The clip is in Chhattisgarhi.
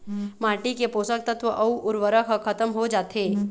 माटी के पोसक तत्व अउ उरवरक ह खतम हो जाथे